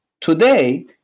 Today